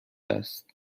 است